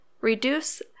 reduce